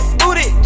booty